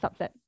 subset